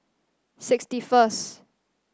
sixty first